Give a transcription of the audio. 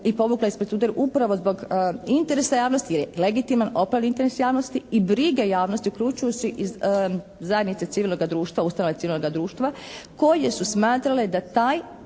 povukla iz procedure upravo zbog interesa javnosti jer je legitiman, opravdan interes javnosti i brige javnosti uključujući i zajednice civilnoga društva, ustanove civilnoga društva koje su smatrale da taj